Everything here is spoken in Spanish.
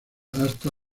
hasta